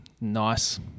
Nice